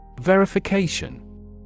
Verification